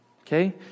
Okay